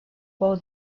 pou